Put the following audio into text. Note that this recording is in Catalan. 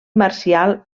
marcial